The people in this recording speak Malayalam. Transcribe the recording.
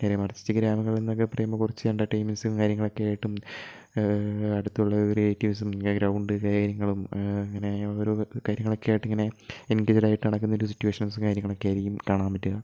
നേരെ മറിച്ച് ഗ്രാമങ്ങള് എന്നൊക്കെ പറയുമ്പോൾ കുറച്ച് എൻ്റർടൈൻമെന്റ്സും കാര്യങ്ങളൊക്കെ ആയിട്ടും അടുത്തുള്ള റിലേറ്റീവ്സും ഗ്രൗണ്ട് കാര്യങ്ങളും അങ്ങനെ ഓരോ കാര്യങ്ങളൊക്കെ ആയിട്ട് ഇങ്ങനെ എൻഗേജ്ഡ് ആയിട്ട് നടക്കുന്ന ഒരു സിറ്റുവേഷൻസ് കാര്യങ്ങളൊക്കെയിരിക്കും കാണാൻ പറ്റുക